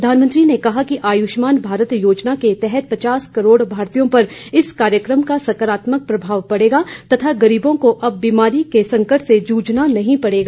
प्रधानमंत्री ने कहा कि आयुष्मान भारत योजना के तहत पचास करोड़ भारतीयों पर इस कार्यक्रम का सकारात्मक प्रभाव पड़ेगा तथा गरीबों को अब बीमारी के संकट से जुझना नहीं पड़ेगा